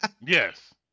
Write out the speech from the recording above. Yes